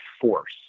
force